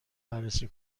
بررسی